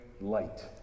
light